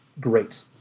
great